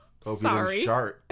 sorry